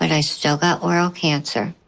and i still that oral cancer.